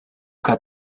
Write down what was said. got